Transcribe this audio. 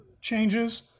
changes